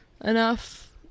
Enough